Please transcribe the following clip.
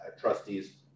trustees